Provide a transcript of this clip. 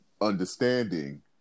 understanding